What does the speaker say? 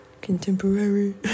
Contemporary